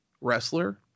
wrestler